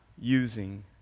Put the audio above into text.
using